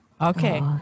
Okay